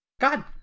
God